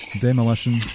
Demolition